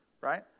right